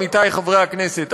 עמיתי חברי הכנסת,